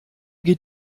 geht